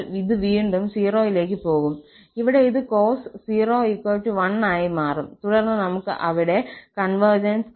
അതിനാൽ ഇത് വീണ്ടും 0 ലേക്ക് പോകും ഇവിടെ ഇത് cos 01 ആയി മാറും തുടർന്ന് നമുക്ക് അവിടെ കോൺവെർജിൻസ് കാണണം